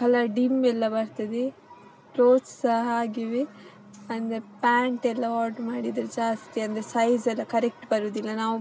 colour ಡಿಮ್ಮೆಲ್ಲ ಬರ್ತದೆ clothes ಸಹ ಹಾಗಿವೆ ಅಂದರೆ ಪ್ಯಾಂಟೆಲ್ಲ ಆರ್ಡ್ರ್ ಮಾಡಿದರೆ ಜಾಸ್ತಿ ಅಂದರೆ ಸೈಜೆಲ್ಲ ಕರೆಕ್ಟ್ ಬರೋದಿಲ್ಲ ನಾವು